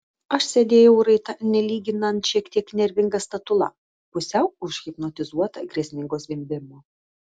aš sėdėjau raita nelyginant šiek tiek nervinga statula pusiau užhipnotizuota grėsmingo zvimbimo